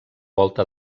volta